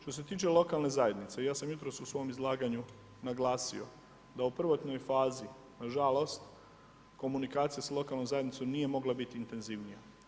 Što se tiče lokalne zajednice, ja sam jutros u svom izlaganju naglasio da u prvotnoj fazi nažalost komunikacija s lokalnom zajednicom nije mogla biti intenzivnija.